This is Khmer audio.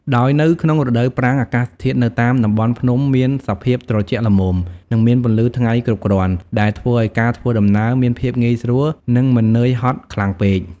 ដោយនៅក្នុងរដូវប្រាំង អាកាសធាតុនៅតាមតំបន់ភ្នំមានសភាពត្រជាក់ល្មម និងមានពន្លឺថ្ងៃគ្រប់គ្រាន់ ដែលធ្វើឲ្យការធ្វើដំណើរមានភាពងាយស្រួល និងមិននឿយហត់ខ្លាំងពេក។